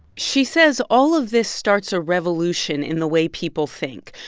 she says all of this starts a revolution in the way people think.